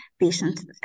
patient